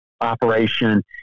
Operation